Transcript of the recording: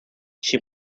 she